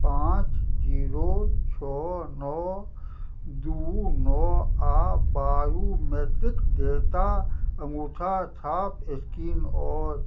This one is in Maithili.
पाँच जीरो छओ नओ दू नओ आ बायुमेट्रिक डेटा अंगूठा छाप स्क्रीन अछि